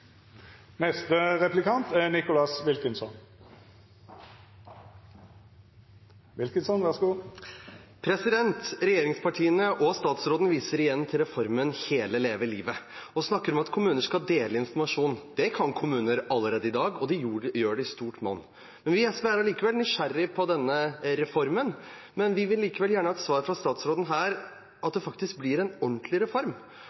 Regjeringspartiene og statsråden viser igjen til reformen Leve hele livet og snakker om at kommuner skal dele informasjon. Det kan kommuner allerede i dag, og det gjør de i stort monn. Vi i SV er allikevel nysgjerrige på denne reformen, og vi vil ha et svar fra statsråden på om det faktisk blir en ordentlig reform.